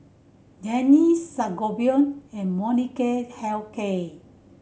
Rene Sangobion and Molnylcke Health Care